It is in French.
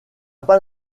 pas